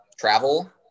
travel